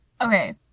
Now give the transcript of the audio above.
Okay